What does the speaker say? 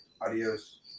adios